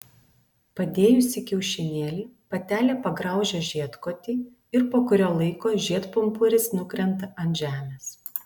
padėjusi kiaušinėlį patelė pagraužia žiedkotį ir po kurio laiko žiedpumpuris nukrenta ant žemės